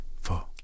four